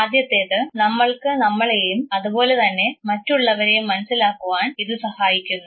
ആദ്യത്തേത് നമ്മൾക്ക് നമ്മളെയും അതുപോലെ തന്നെ മറ്റുള്ളവരെയും മനസ്സിലാക്കുവാൻ ഇത് സഹായിക്കുന്നു